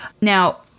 Now